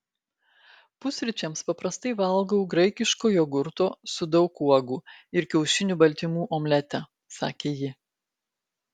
pusryčiams paprastai valgau graikiško jogurto su daug uogų ir kiaušinių baltymų omletą sakė ji